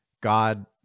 god